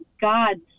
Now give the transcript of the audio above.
God